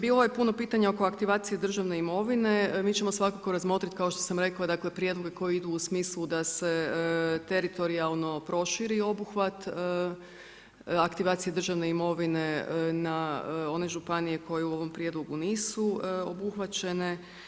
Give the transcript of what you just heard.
Bilo je puno pitanja oko aktivacije državne imovine, mi ćemo svakako razmotriti kao što sam rekla, prijedloge koji idu u smislu, da se teritorijalno proširi obuhvat, aktivacija državne imovine, na one županije, koje u ovom prijedlogu nisu obuhvaćene.